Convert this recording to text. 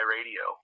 Radio